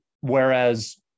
Whereas